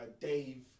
Dave